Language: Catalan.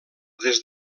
des